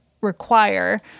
require